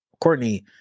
Courtney